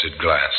glass